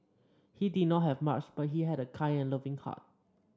he did not have much but he had a kind and loving heart